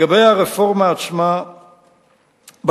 לגבי הרפורמה עצמה בתאגידים,